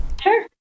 Sure